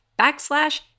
backslash